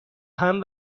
آهن